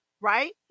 right